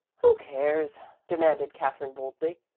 who cares? demanded katherine boldly.